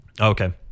Okay